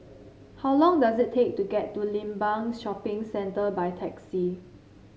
how long does it take to get to Limbang Shopping Centre by taxi